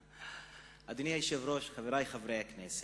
אדוני היושב-ראש, חברי חברי הכנסת,